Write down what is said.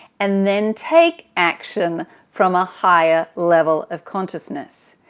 and then take action from a higher level of consciousness,